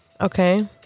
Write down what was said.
Okay